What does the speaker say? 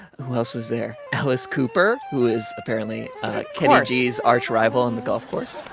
who else was there? alice cooper, who is apparently kenny g's arch rival on the golf course